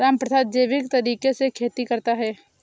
रामप्रसाद जैविक तरीके से खेती करता है